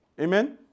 Amen